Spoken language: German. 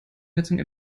heizung